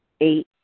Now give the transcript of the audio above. Eight